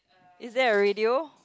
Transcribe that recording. is there a radio